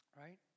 right